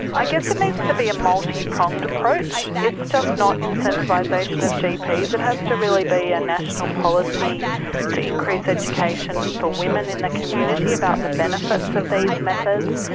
i guess it needs to be a multipronged approach. it's just not incentivisation of gps, it has to really be a national policy to increase education for women in the community about the benefits of these methods,